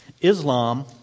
Islam